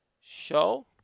show